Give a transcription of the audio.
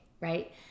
right